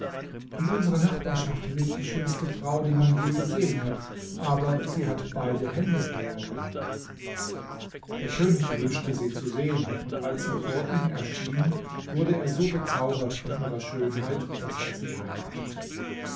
in unserer nachbarschaft lebt die schönste frau die man je gesehen hat aber sie hat beide hände verloren der könig wünschte sie zu sehen und als sie vor ihm erschien wurde er so bezaubert von ihrer schönheit daß er sie heiratete